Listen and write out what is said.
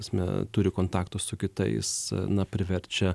ta prasme turi kontaktą su kitais na priverčia